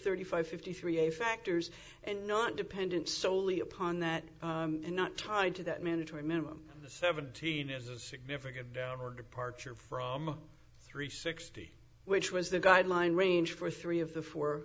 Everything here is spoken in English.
thirty five fifty three a factors and not dependent solely upon that and not tied to that mandatory minimum the seventeen is a significant downward departure from three sixty which was the guideline range for three of the four